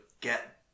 get